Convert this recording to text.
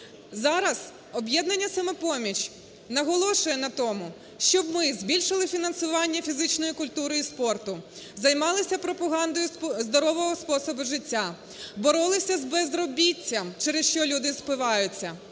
Зараз "Об'єднання "Самопоміч" наголошує на тому, щоб ми збільшили фінансування фізичної культури і спорту, займалися пропагандою здорового способу життя, боролися з безробіттям, через що люди спиваються.